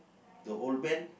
the old man